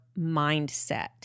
mindset